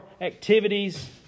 activities